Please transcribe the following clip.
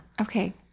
Okay